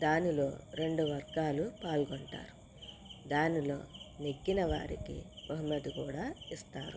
దానిలో రెండు వర్గాలు పాల్గొంటారు దానిలో నెగ్గిన వారికి బహుమతి కూడా ఇస్తారు